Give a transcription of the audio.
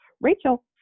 Rachel